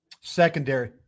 Secondary